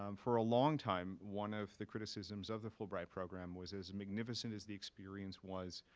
um for a long time, one of the criticisms of the fulbright program was, as magnificent as the experience was,